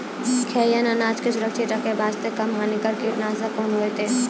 खैहियन अनाज के सुरक्षित रखे बास्ते, कम हानिकर कीटनासक कोंन होइतै?